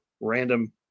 random